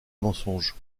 mensonges